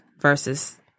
versus